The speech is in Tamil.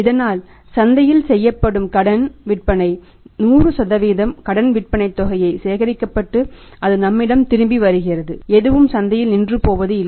இதனால் சந்தையில் செய்யப்படும் கடன் விற்பனை 100 கடன் விற்பனைத் தொகை சேகரிக்கப்பட்டு அது நம்மிடம் திரும்பி வருகிறது எதுவும் சந்தையில் நின்றுபோவது இல்லை